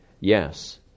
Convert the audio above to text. Yes